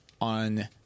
on –